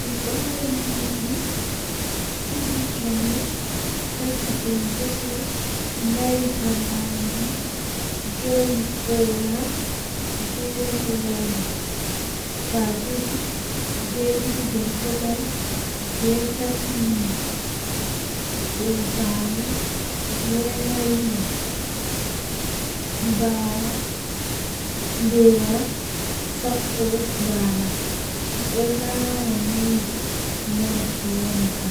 Mi wiyan mo min on waine kaza mi nodduki mi noddumaa mi heɓaaki ma mi tawi ma babal ma jei nyamuki jei kaza kaza miɗon renu ma haa ton